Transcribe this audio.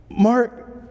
Mark